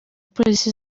polisi